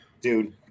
dude